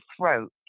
throat